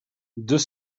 deux